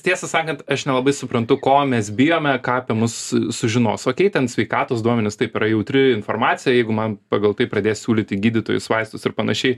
tiesą sakant aš nelabai suprantu ko mes bijome ką apie mus sužinos okei ten sveikatos duomenys taip yra jautri informacija jeigu man pagal tai pradės siūlyti gydytojus vaistus ir panašiai